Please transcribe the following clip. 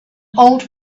old